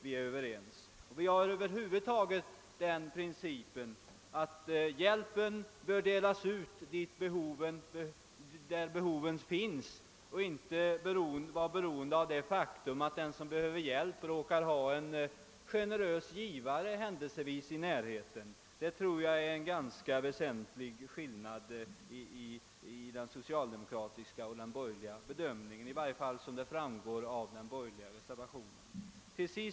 Vi hyllar i stället den principen att hjälpen bör ges där behoven finns; den skall inte vara beroende av att den som behöver hjälp händelsevis råkar ha en generös givare i närheten. Där föreligger en mycket väsentlig skillnad mellan den socialdemokratiska uppfattningen och den borgerliga bedömningen sådan den kommer till uttryck i den borgerliga reservationen.